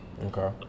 okay